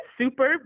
super